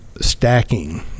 stacking